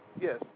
Yes